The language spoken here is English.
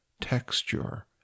texture